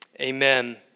amen